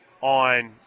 on